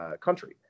country